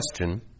question